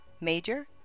Major